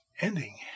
ending